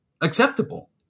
acceptable